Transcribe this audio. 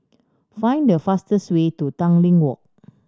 find the fastest way to Tanglin Walk